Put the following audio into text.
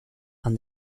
and